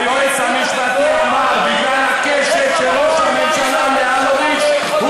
היועץ המשפטי אמר: בגלל הקשר של ראש הממשלה לאלוביץ,